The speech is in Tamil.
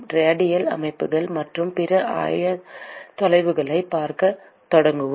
ரேடியல் அமைப்புகள் மற்றும் பிற ஆயத்தொலைவுகளைப் பார்க்கத் தொடங்குவோம்